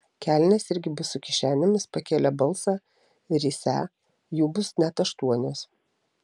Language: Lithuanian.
kelnės irgi bus su kišenėmis pakėlė balsą risią jų bus net aštuonios